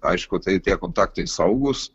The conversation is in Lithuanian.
aišku tai tie kontaktai saugūs